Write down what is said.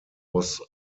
was